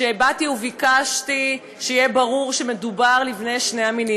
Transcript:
כשבאתי וביקשתי שיהיה ברור שמדובר בבני שני המינים,